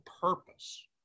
purpose